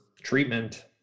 treatment